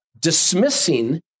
dismissing